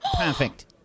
Perfect